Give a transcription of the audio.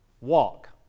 walk